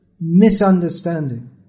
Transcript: misunderstanding